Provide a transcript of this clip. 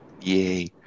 Yay